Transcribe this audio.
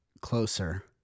Closer